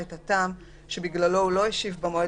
את הטעם שבגללו הוא לא השיב במועד,